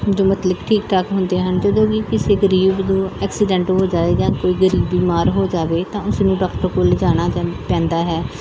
ਜੋ ਮਤਲਬ ਠੀਕ ਠਾਕ ਹੁੰਦੇ ਹਨ ਜਦੋਂ ਵੀ ਕਿਸੇ ਗਰੀਬ ਨੂੰ ਐਕਸੀਡੈਂਟ ਹੋ ਜਾਏਗਾ ਕੋਈ ਗਰੀਬ ਬੀਮਾਰ ਹੋ ਜਾਵੇ ਤਾਂ ਉਸਨੂੰ ਡਾਕਟਰ ਕੋਲ ਲਿਜਾਣਾ ਜ ਪੈਂਦਾ ਹੈ